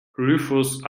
rufous